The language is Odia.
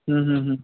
ହୁଁ ହୁଁ ହୁଁ